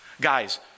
Guys